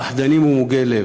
פחדנים ומוגי לב.